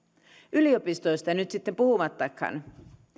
yliopistoista nyt sitten puhumattakaan